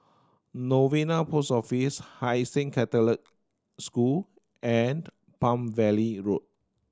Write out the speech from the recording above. Novena Post Office Hai Sing Catholic School and Palm Valley Road